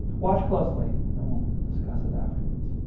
watch closely, and we'll discuss it afterwards.